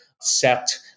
set